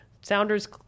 sounders